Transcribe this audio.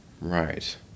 Right